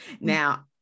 Now